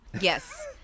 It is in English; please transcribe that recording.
Yes